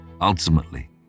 Ultimately